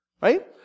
right